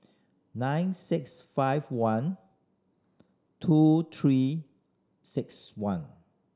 nine six five one two Three Six One